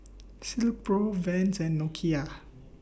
Silkpro Vans and Nokia